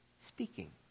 Speaking